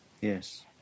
Yes